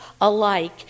alike